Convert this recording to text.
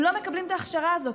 הם לא מקבלים את ההכשרה הזאת.